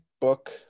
book